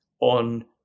on